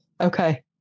Okay